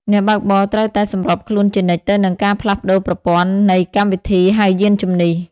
អ្នកបើកបរត្រូវតែសម្របខ្លួនជានិច្ចទៅនឹងការផ្លាស់ប្តូរប្រព័ន្ធ នៃកម្មវិធីហៅយានជំនិះ។